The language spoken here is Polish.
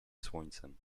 słońcem